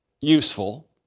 useful